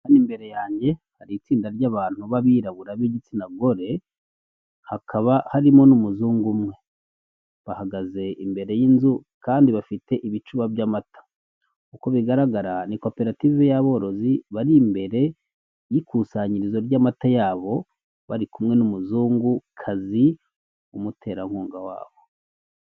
Hano imbere yanjye hari itsinda ry'abantu b'abirabura b'igitsina gore hakaba harimo n'umuzungu umwe, bahagaze imbere y'inzu kandi bafite ibicuba by'amata, uko bigaragara ni koperative y'aborozi bari imbere y'ikusanyirizo ry'amata yabo bari kumwe n'umuzungukazi w'umuterankunga wabo.